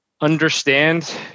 understand